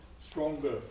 stronger